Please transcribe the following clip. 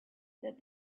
that